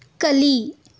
ಕಲಿ